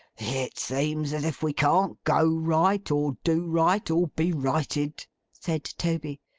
it seems as if we can't go right, or do right, or be righted said toby.